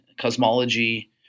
cosmology